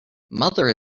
mother